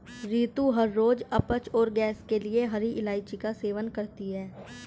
रितु हर रोज अपच और गैस के लिए हरी इलायची का सेवन करती है